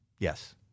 Yes